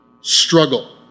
struggle